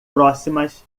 próximas